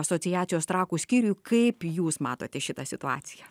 asociacijos trakų skyriui kaip jūs matote šitą situaciją